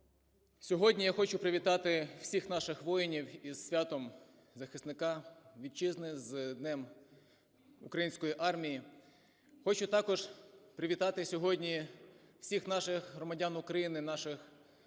Сьогодні я хочу привітати всіх наших воїнів із святом захисника Вітчизни, з Днем української армії. Хочу також привітати сьогодні всіх наших громадян України, наших депутатів,